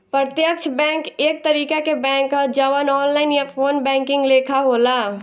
प्रत्यक्ष बैंक एक तरीका के बैंक ह जवन ऑनलाइन या फ़ोन बैंकिंग लेखा होला